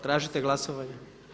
Tražite glasovanje?